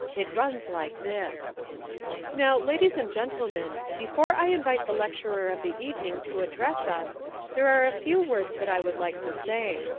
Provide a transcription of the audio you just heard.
it runs like this now, ladies and gentlemen, before i invite the lecturer of the evening to address us there are a few words that i would like to say.